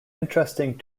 interesting